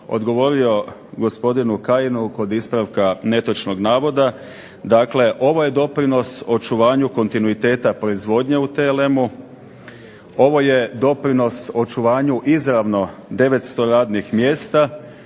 odgovorio gospodinu Kajinu kod ispravka netočnog navoda, dakle ovo je doprinos očuvanju kontinuiteta proizvodnje u TLM-u, ovo je doprinos očuvanju izravno 900 radnih mjesta,